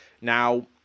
Now